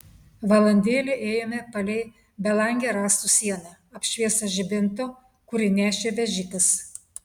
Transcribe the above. valandėlę ėjome palei belangę rąstų sieną apšviestą žibinto kurį nešė vežikas